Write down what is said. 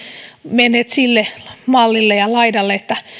menneet sille mallille ja laidalle että